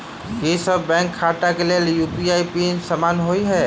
की सभ बैंक खाता केँ लेल यु.पी.आई पिन समान होइ है?